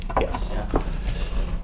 Yes